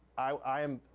i am,